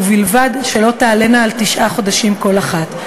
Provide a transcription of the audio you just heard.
ובלבד שלא תעלינה על תשעה חודשים כל אחת.